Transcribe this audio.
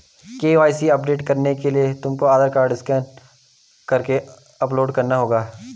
KYC update करने के लिए तुमको आधार कार्ड स्कैन करके अपलोड करना होगा